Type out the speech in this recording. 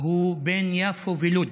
הוא בן יפו ולוד,